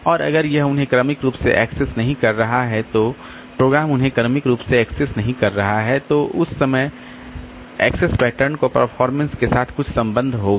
और अगर यह उन्हें क्रमिक रूप से एक्सेस नहीं कर रहा है तो प्रोग्राम उन्हें क्रमिक रूप से एक्सेस नहीं कर रहा है तो उस एक्सेस पैटर्न को परफॉरमेंस के साथ कुछ सम्बन्ध होगा